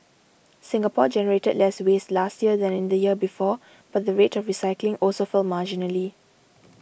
Singapore generated less waste last year than in the year before but the rate of recycling also fell marginally